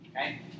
okay